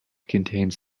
contains